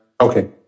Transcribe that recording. okay